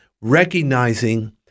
recognizing